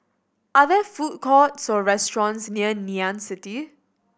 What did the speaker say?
are there food courts or restaurants near Ngee Ann City